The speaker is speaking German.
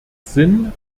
sinn